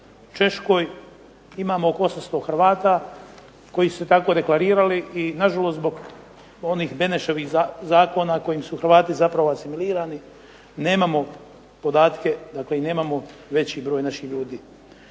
U Češkoj imamo oko 800 Hrvata koji su se tako deklarirali i nažalost zbog onih Denešovih zakona kojim su Hrvati zapravo asimilirani nemamo podatke, dakle i nemamo veći broj naših ljudi.